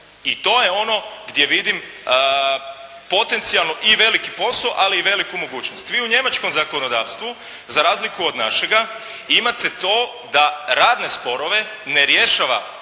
I to je ono gdje vidim potencijalno i veliki posao ali i veliku mogućnost. Vi u njemačkom zakonodavstvu, za razliku od našega, imate to da radne sporove ne rješava